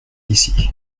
ici